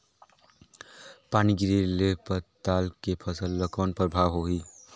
पानी गिरे ले पताल के फसल ल कौन प्रभाव होही?